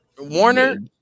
Warner